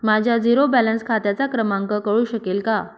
माझ्या zero balance खात्याचा क्रमांक कळू शकेल का?